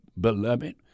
beloved